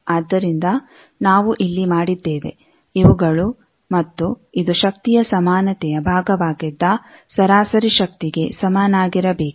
ಆದ್ದರಿಂದ ನಾವು ಇಲ್ಲಿ ಮಾಡಿದ್ದೇವೆ ಇವುಗಳು ಮತ್ತು ಇದು ಶಕ್ತಿಯ ಸಮಾನತೆಯ ಭಾಗವಾಗಿದ್ದ ಸರಾಸರಿ ಶಕ್ತಿಗೆ ಸಮನಾಗಿರಬೇಕು